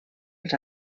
els